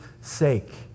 sake